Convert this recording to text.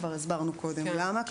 כבר הסברנו קודם למה.